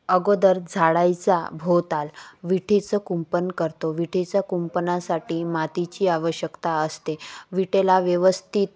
अगोदर झाडाच्या भोवताल विटेचे कुंपण करतो विटेच्या कुंपणासाठी मातीची आवश्यकता असते विटेला व्यवस्थित